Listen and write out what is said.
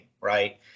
Right